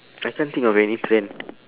I can't think of any trend